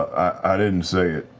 i didn't say it.